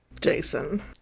Jason